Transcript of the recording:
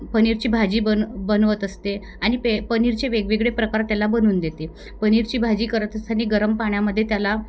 पनीरची भाजी बन बनवत असते आणि पे पनीरचे वेगवेगळे प्रकार त्याला बनवून देते पनीरची भाजी करत असताना गरम पाण्यामध्ये त्याला